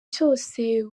cyose